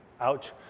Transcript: ouch